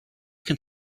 can